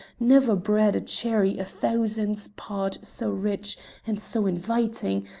never bred a cherry a thousandth part so rich and so inviting,